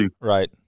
Right